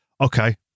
okay